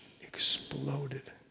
exploded